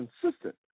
consistent